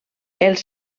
els